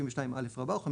52א או 53,